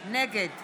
נגד